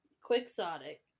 Quixotic